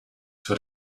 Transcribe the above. for